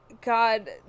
God